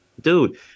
Dude